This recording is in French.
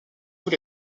tous